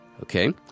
Okay